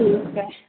ठीक आहे